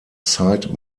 side